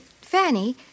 Fanny